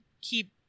keep